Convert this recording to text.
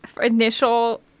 initial